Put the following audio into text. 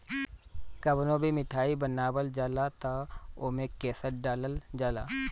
कवनो भी मिठाई बनावल जाला तअ ओमे केसर डालल जाला